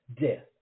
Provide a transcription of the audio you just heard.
death